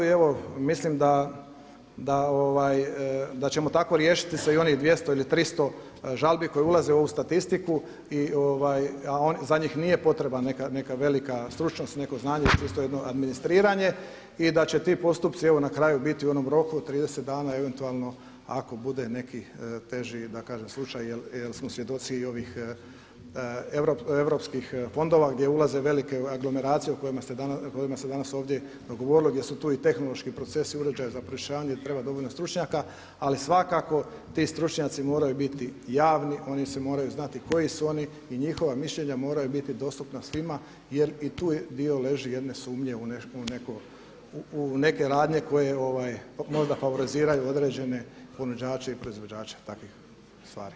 I evo mislim da ćemo tako riješiti se i onih 200 ili 300 žalbi koje ulaze u ovu statistiku, a za njih nije potrebna velika stručnost i neko znanje je čisto jedno administriranje i da će ti postupci na kraju biti u onom roku od 30 dana eventualno ako bude nekih teži slučaj jel smo svjedoci ovih europskih fondova gdje ulaze velike … o kojima ste danas ovdje govorilo gdje su tu i tehnološki procesi uređaji za … treba dovoljno stručnjaka, ali svakako ti stručnjaci moraju biti javni, oni se moraju znati koji su oni i njihova mišljenja moraju biti dostupna svima jer i tu leži dio jedne sumnje u neke radnje koje možda favoriziraju određene ponuđače i proizvođače takvih stvari.